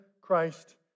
Christ